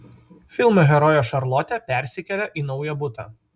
filmo herojė šarlotė persikelia į naują butą